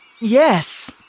Yes